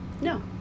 No